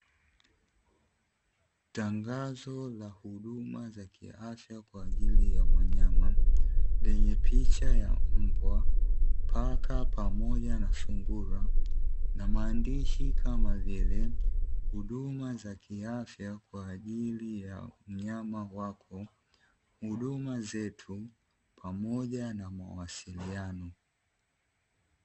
Tangazo la huduma za kiafya kwa ajili ya wanyama lenye picha ya mbwa, paka, pamoja na sugura na maandisha kama vile huduma za kiafya kwa ajili ya mnyama wako, huduma zetu pamoja na mawasiliano.